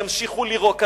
ימשיכו לירוק עלינו,